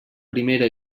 primera